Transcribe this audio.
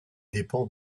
dépend